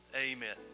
amen